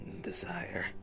desire